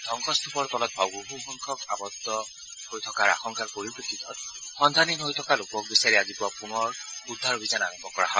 ধবংসস্তৃপত তলত বহুসংখ্যক আবদ্ধ হৈ থকাৰ আশংকা পৰিপ্ৰেক্ষিতত সন্ধানহীন হৈ থকা লোকক বিচাৰি আজি পুৱা পুনৰ উদ্ধাৰ অভিযান আৰম্ভ কৰা হয়